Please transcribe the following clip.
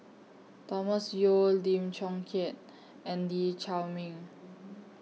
Thomas Yeo Lim Chong Keat and Lee Chiaw Meng